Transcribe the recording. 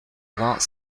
vingts